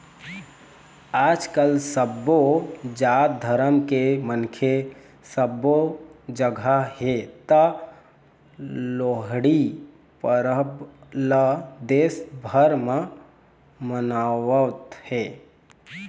आजकाल सबो जात धरम के मनखे सबो जघा हे त लोहड़ी परब ल देश भर म मनावत हे